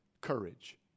courage